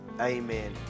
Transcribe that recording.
Amen